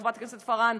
חברת הכנסת פארן,